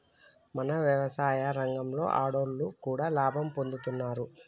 మన యవసాయ రంగంలో ఆడోళ్లు కూడా లాభం పొందుతున్నారు